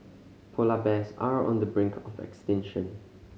polar bears are on the brink of extinction